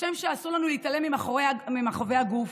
וכשם שאסור לנו להתעלם ממכאובי הגוף,